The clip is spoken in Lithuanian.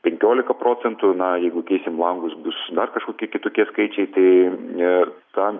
penkiolika procentų na jeigu keisim langus bus dar kažkokie kitokie skaičiai tai ir tam